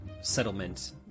settlement